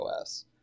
OS